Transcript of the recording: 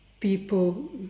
people